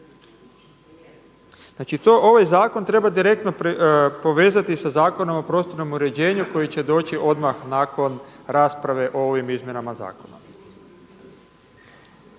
Znači ovaj zakon treba direktno povezati sa Zakonom o prostornom uređenju koji će doći odmah nakon rasprave o ovim izmjenama zakona.